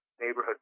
neighborhood